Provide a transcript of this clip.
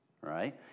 right